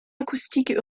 acoustique